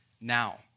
now